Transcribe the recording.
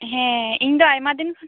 ᱦᱮᱸ ᱤᱧ ᱫᱚ ᱟᱭᱢᱟ ᱫᱤᱱ